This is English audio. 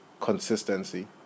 consistency